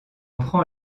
prend